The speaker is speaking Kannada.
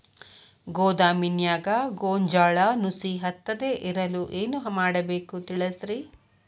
ಗೋದಾಮಿನ್ಯಾಗ ಗೋಂಜಾಳ ನುಸಿ ಹತ್ತದೇ ಇರಲು ಏನು ಮಾಡಬೇಕು ತಿಳಸ್ರಿ